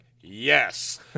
yes